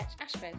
Ashford